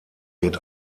wird